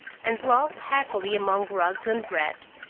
and lolled happily among rugs and wraps,